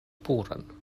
puran